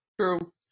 True